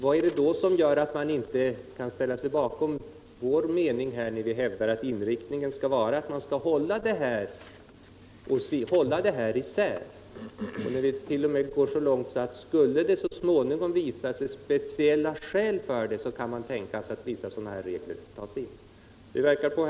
Vad är det då som gör att man inte kan ställa sig bakom vår mening när vi hävdar att inriktningen skall vara att hålla dessa områden isär? Vi går t.o.m. så långt att vi säger att skulle det så småningom visa sig att det finns speciella skäl för det så kan vi tänka oss att vissa regler tas in i aktiebolagslagen.